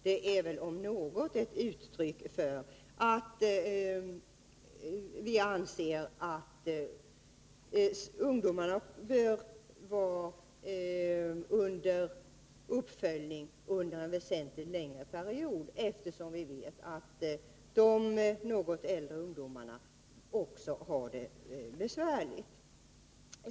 Det om något är väl ett uttryck för att vi anser att vi bör ha en uppföljning för ungdomarna under en väsentligt längre period, eftersom vi vet att de något äldre ungdomarna också har det besvärligt.